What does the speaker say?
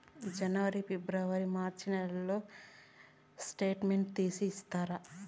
జనవరి, ఫిబ్రవరి, మార్చ్ నెలల స్టేట్మెంట్ తీసి ఇస్తారా?